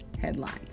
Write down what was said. headlines